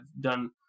done